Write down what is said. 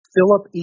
Philip